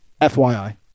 FYI